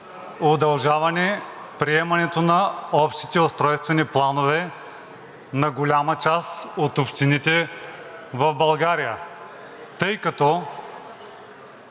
удължаване приемането на общите устройствени планове на голяма част от общините в България, тъй като